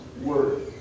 word